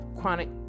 chronic